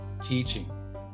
teaching